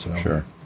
sure